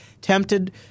tempted